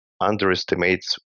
underestimates